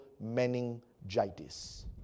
meningitis